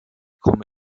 komme